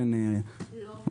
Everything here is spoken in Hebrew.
בהרבה